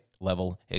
level